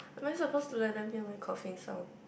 am I supposed to let them hear my coughing sound